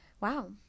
Wow